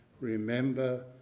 remember